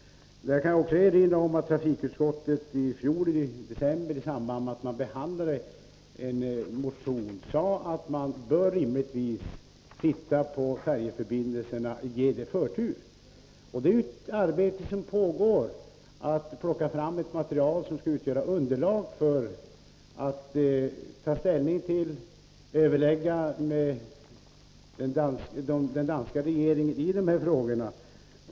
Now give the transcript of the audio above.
I detta sammanhang kan jag också erinra om att trafikutskottet i december i fjol i samband med att utskottet behandlade en motion sade att man rimligtvis bör se över färjeförbindelserna och ge denna fråga förtur. Och ett arbete pågår med att plocka fram material som skall utgöra underlag för ett ställningstagande och överläggningar med den danska regeringen beträffande de här frågorna.